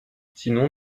sinon